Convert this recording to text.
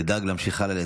תדאג להמשיך הלאה,